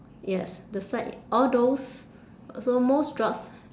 yes the side all those so most drugs